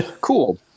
Cool